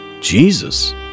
Jesus